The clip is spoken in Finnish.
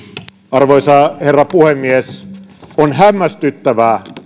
arvoisa herra puhemies on hämmästyttävää